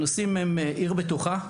הנושאים הם עיר בטוחה,